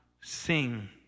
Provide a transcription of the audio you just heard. sing